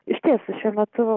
išties šiuo metu